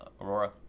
Aurora